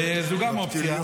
זו גם אופציה.